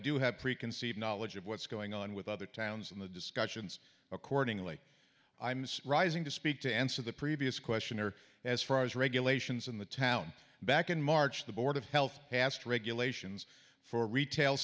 do have preconceived knowledge of what's going on with other towns in the discussions accordingly imus rising to speak to answer the previous question or as far as regulations in the town back in march the board of health passed regulations for retail